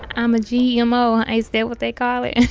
i'm a gmo. is that what they call it?